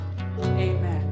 amen